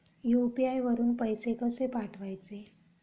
UPI वरून पैसे कसे पाठवायचे?